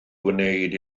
gwneud